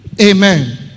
Amen